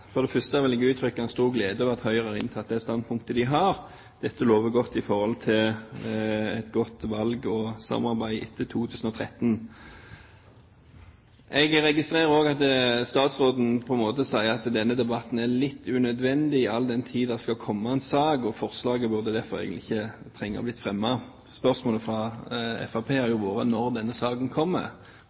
For det første vil jeg uttrykke en stor glede over at Høyre har inntatt det standpunktet de har. Dette lover godt for et godt valg og samarbeid etter 2013. Jeg registrerer også at statsråden på en måte sier at denne debatten er litt unødvendig all den tid det skal komme en sak, og forslaget hadde derfor ikke trengt å bli fremmet. Spørsmålet fra Fremskrittspartiet har vært når den saken kommer.